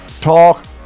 Talk